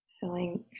Feeling